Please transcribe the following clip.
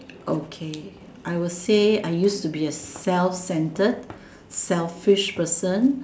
okay I will say I used to be a self centered selfish person